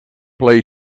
play